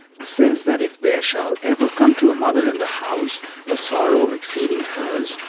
says that if there shall ever come to a mother in the house a sorrow exceeding hers,